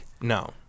no